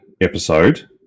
episode